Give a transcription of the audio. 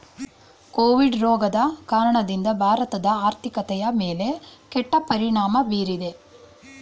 Covid ರೋಗದ ಕಾರಣದಿಂದ ಭಾರತದ ಆರ್ಥಿಕತೆಯ ಮೇಲೆ ಕೆಟ್ಟ ಪರಿಣಾಮ ಬೀರಿದೆ